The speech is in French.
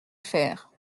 faire